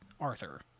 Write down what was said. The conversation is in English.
Arthur